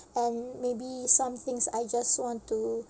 and maybe some things I just want to